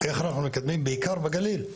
איך אנחנו מקדמים, בעיקר בגליל,